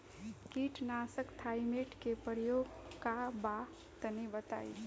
कीटनाशक थाइमेट के प्रयोग का बा तनि बताई?